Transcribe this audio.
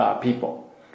people